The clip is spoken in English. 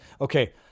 okay